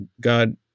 God